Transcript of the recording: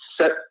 set